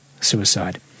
suicide